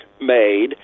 made